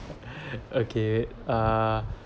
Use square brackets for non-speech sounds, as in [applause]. [laughs] okay uh